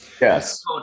yes